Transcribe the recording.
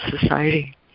Society